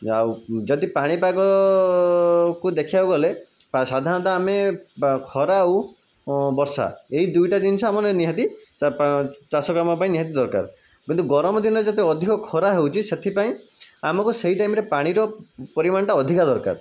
ଆଉ ଯଦି ପାଣିପାଗ କୁ ଦେଖିବାକୁ ଗଲେ ସାଧାରଣତଃ ଆମେ ବା ଖରା ଆଉ ବର୍ଷା ଏଇ ଦୁଇଟା ଜିନିଷ ଆମର ନିହାତି ଚାଷ କାମପାଇଁ ନିହାତି ଦରକାର କିନ୍ତୁ ଗରମ ଦିନରେ ଯେତେ ଅଧିକ ଖରା ହେଉଛି ସେଥିପାଇଁ ଆମକୁ ସେଇ ଟାଇମ ରେ ପାଣିର ପରିମାଣଟା ଅଧିକା ଦରକାର